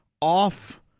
off